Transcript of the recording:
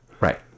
Right